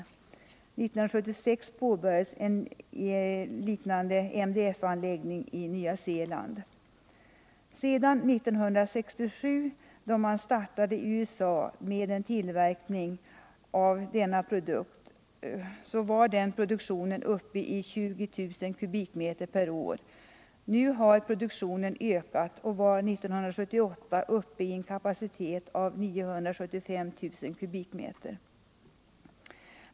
År 1976 påbörjades en liknande MDF-anläggning i Nya Zeeland. År 1967, då man i USA startade med en tillverkning av denna produkt, var produktionen av den uppe i 20 000 m? per år. Nu har produktionen ökat och Nr 48 var 1978 uppe i en kapacitet av 975 000 m?.